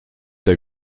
der